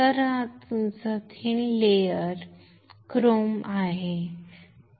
तर हा तुमचा पातळ थराचा क्रोम आहे